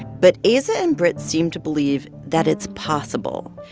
but aza and britt seem to believe that it's possible,